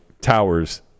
towers